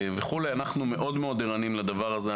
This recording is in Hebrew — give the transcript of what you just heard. אנחנו מאוד מאוד ערניים לדבר הזה.